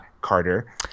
Carter